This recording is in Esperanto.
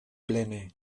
plene